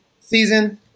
season